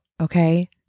Okay